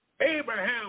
Abraham